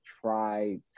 try